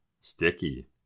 sticky